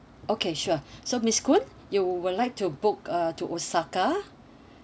okay sure so miss poon you would like to book uh to osaka